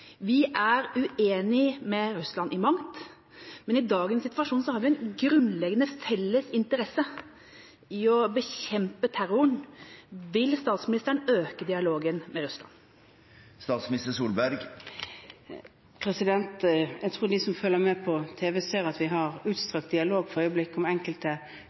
Vi er uenig med Russland i mangt, men i dagens situasjon har vi en grunnleggende felles interesse i å bekjempe terroren. Vil statsministeren øke dialogen med Russland? Jeg tror de som følger med på tv, ser at vi har utstrakt dialog for øyeblikket, med enkelte